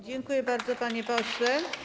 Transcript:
Dziękuję bardzo, panie pośle.